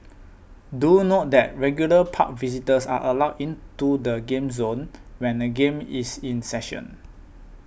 do note that regular park visitors are allowed into the game zone when a game is in session